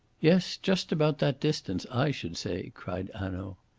yes, just about that distance, i should say, cried hanaud.